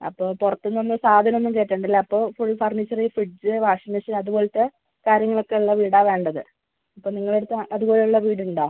അപ്പോൾ പുറത്തൂന്നൊന്നും സാധനൊന്നും കേറ്റണ്ടല്ലോ അപ്പോൾ full furniture fridge washing machine അതുപോലത്തെ കാര്യങ്ങളൊക്കെ ഒള്ള വീടാ വേണ്ടത് അപ്പോൾ നിങ്ങടടുത്ത് അതുപോലുള്ള വീടുണ്ടോ